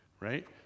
right